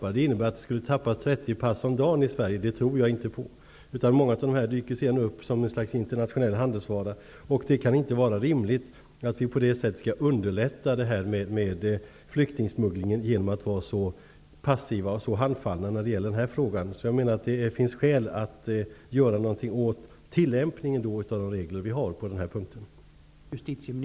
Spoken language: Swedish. Det skulle innebära att det i Sverige tappades 30 pass om dagen, vilket jag inte tror på. Många av dessa pass dyker i stället upp som något slags internationell handelsvara. Det kan inte vara rimligt att vi genom att vara så passiva och handfallna i denna fråga underlättar flyktingsmugglingen. Det finns, menar jag, skäl till att vi gör någonting åt tillämpningen av de regler som vi har på den här punkten.